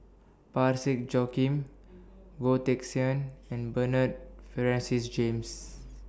Parsick Joaquim Goh Teck Sian and Bernard Francis James